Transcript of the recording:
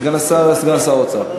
סגן שר האוצר.